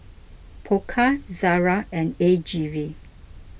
Pokka Zara and A G V